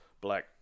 black